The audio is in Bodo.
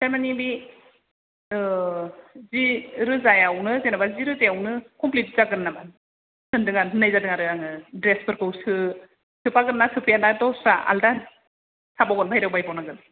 थारमाने बे जि रोजायावनो जेनेबा जि रोजायावनो कमप्लिट जागोन नामा होनदों आं होन्नाय जादों आरो आङो ड्रेसफोरखौ सोफागोन ना सोफाया ना दस्रा आलादा थाबावगोन बाहेरायाव बायबाव नांगोन